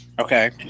okay